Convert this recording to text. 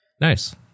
Nice